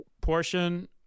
portion